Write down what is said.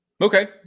Okay